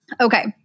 Okay